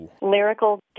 Lyrical